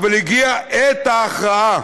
אבל הגיעה עת ההכרעה.